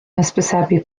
hysbysebu